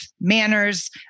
manners